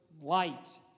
light